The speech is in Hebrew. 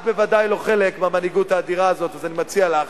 את בוודאי לא חלק מהמנהיגות האדירה הזאת אז אני מציע לך,